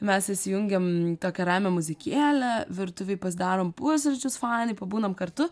mes įsijungiam tokią ramią muzikėlę virtuvėj pasidarom pusryčius fanai pabūnam kartu